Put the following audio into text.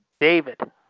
David